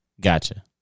Gotcha